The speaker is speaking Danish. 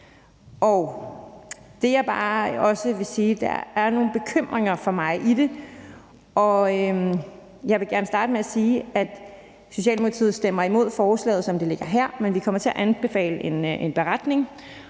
der er nogle bekymringer i det for mig, og jeg vil gerne starte med at sige, at Socialdemokratiet stemmer imod forslaget, som det ligger her, men vi kommer til at anbefale en beretning.